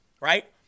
right